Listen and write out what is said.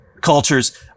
cultures